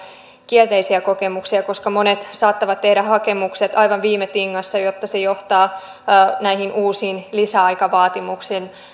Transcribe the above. kielteisiä kokemuksia koska monet saattavat tehdä hakemukset aivan viime tingassa jotta se johtaa näihin uusiin lisäaikavaatimuksiin